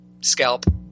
Scalp